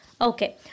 Okay